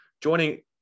Joining